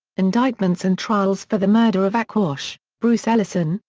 indictments and trials for the murder of aquash bruce ellison,